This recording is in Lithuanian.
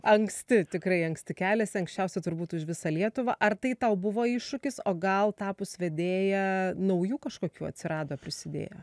anksti tikrai anksti keliasi anksčiausiai turbūt už visą lietuvą ar tai tau buvo iššūkis o gal tapus vedėja naujų kažkokių atsirado ar prisidėjo